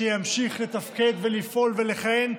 שימשיך לתפקד ולפעול ולכהן,